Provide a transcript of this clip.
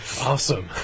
Awesome